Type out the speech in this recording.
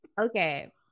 okay